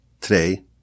Today